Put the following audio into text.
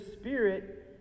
spirit